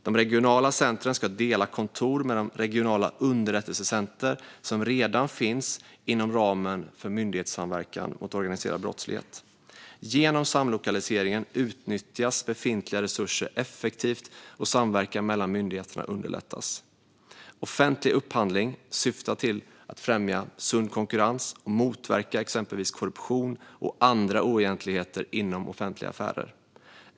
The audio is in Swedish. De regionala centren ska dela kontor med de regionala underrättelsecenter som redan finns inom ramen för myndighetssamverkan mot organiserad brottslighet. Genom samlokaliseringen utnyttjas befintliga resurser effektivt, och samverkan mellan myndigheterna underlättas. Offentlig upphandling syftar till att främja sund konkurrens och motverka exempelvis korruption och andra oegentligheter inom offentliga affärer.